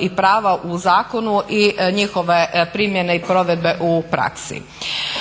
i prava u zakonu i njihove primjene i provedbe u praksi.